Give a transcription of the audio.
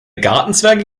gartenzwerge